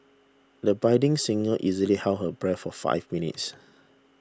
the budding singer easily held her breath for five minutes